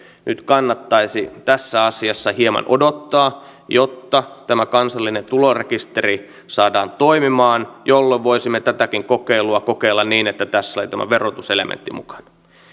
nyt kannattaisi tässä asiassa hieman odottaa jotta tämä kansallinen tulorekisteri saadaan toimimaan jolloin voisimme tätäkin kokeilua kokeilla niin että tässä on tämä verotuselementti mukana